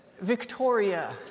Victoria